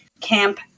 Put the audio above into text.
Camp